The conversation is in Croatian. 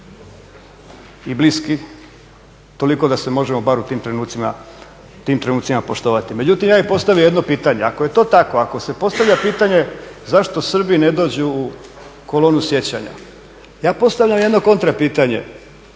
i bliski toliko da se možemo bar u tim trenucima poštovati. Međutim, ja bih postavio jedno pitanje. Ako je to tako, ako se postavlja pitanje zašto Srbi ne dođu u kolonu sjećanja, ja postavljam jedno kontra pitanje.